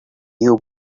new